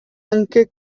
anche